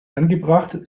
angebracht